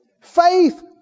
Faith